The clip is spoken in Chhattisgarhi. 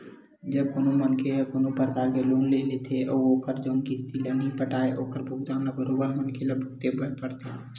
जब कोनो मनखे ह कोनो परकार के लोन ले लेथे अउ ओखर जउन किस्ती ल नइ पटाय ओखर भुगतना ल बरोबर मनखे ल भुगते बर परथे